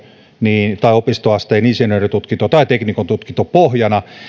tai opistoasteen insinööritutkinto tai teknikon tutkinto